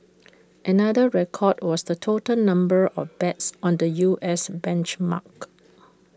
another record was the total number of bets on the U S benchmark